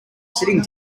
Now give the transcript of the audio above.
sitting